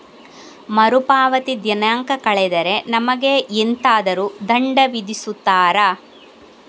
ಮರುಪಾವತಿ ದಿನಾಂಕ ಕಳೆದರೆ ನಮಗೆ ಎಂತಾದರು ದಂಡ ವಿಧಿಸುತ್ತಾರ?